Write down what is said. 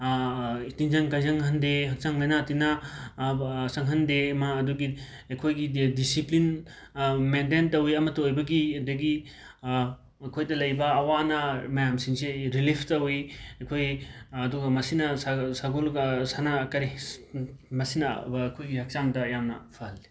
ꯇꯤꯟꯖꯪ ꯀꯥꯏꯖꯪꯍꯟꯗꯦ ꯍꯛꯆꯥꯡ ꯂꯥꯏꯅꯥ ꯇꯤꯅꯥ ꯆꯪꯍꯟꯗꯦ ꯃꯥ ꯑꯗꯨꯒꯤ ꯑꯩꯈꯣꯏꯒꯤ ꯗꯤꯁꯤꯄ꯭ꯂꯤꯟ ꯃꯦꯟꯇꯦꯟ ꯇꯧꯋꯤ ꯑꯃꯠꯇ ꯑꯣꯏꯕꯒꯤ ꯑꯗꯒꯤ ꯑꯩꯈꯣꯏꯗ ꯂꯩꯕ ꯑꯋꯥ ꯑꯅꯥ ꯃꯌꯥꯝꯁꯤꯡꯁꯦ ꯔꯤꯂꯤꯐ ꯇꯧꯋꯤ ꯑꯩꯈꯣꯏ ꯑꯗꯨꯒ ꯃꯁꯤꯅ ꯁꯒꯣꯜꯒ ꯁꯅꯥ ꯀꯔꯤ ꯃꯁꯤꯅ ꯑꯩꯈꯣꯏꯒꯤ ꯍꯛꯆꯥꯡꯗ ꯌꯥꯝꯅ ꯐꯍꯜꯂꯤ